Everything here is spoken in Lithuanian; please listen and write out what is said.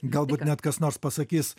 galbūt net kas nors pasakys